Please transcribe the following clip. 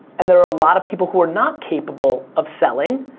and there are a lot of people who are not capable of selling,